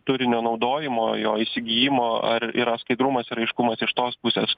turinio naudojimo jo įsigijimo ar yra skaidrumas ir aiškumas iš tos pusės